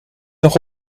nog